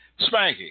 Spanky